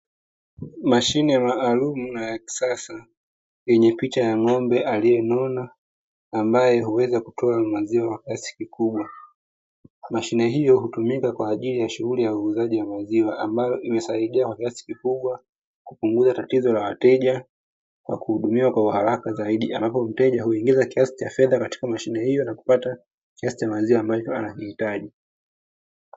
Mashine maalum na ya kisasa, yenye picha ya ng'ombe aliyenona, ambae huweza kutoa maziwa kwa kiasi kikubwa. Mashine hio hutumika kwa ajili ya shughuli ya uuzaji wa maziwa, ambayo imesaidia kwa kiasi kikubwa kupunguza tatizo la wateja kwa kuwahudumia kwa haraka zaidi; ambapo mteja huingiza kiasi cha fedha katika mashine hio, na kupata kiasi cha maziwa ambacho anakihitaji.